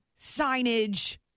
signage